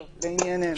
טוב, לעניינו.